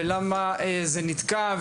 ולדעת למה זה נתקע,